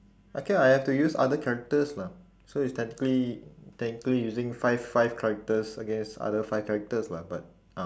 okay lah I have to use other characters lah so it's technically technically using five five characters against other five characters lah but uh